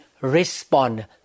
respond